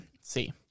See